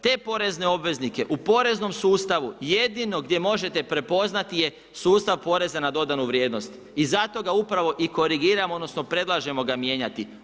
Te porezne obveznike u poreznom sustavu jedino gdje možete prepoznati je sustav poreza na dodanu vrijednost i zato ga upravo i korigiramo odnosno predlažemo ga mijenjati.